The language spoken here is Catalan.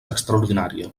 extraordinària